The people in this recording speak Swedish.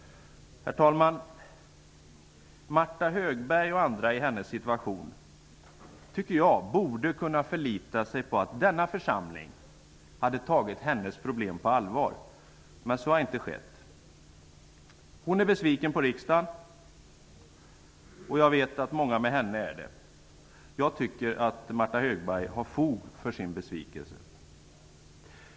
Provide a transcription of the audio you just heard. Herr talman! Martha Högberg och andra i hennes situation borde kunna förlita sig på att denna församling skulle ta deras problem på allvar, men så har inte skett. Hon är besviken på riksdagen, och jag vet att många är det. Jag tycker att Martha Högberg har fog för sin besvikelse.